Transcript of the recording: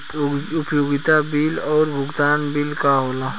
उपयोगिता बिल और भुगतान बिल का होला?